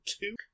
two